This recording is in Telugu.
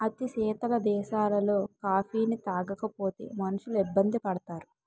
అతి శీతల దేశాలలో కాఫీని తాగకపోతే మనుషులు ఇబ్బంది పడతారు